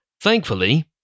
Thankfully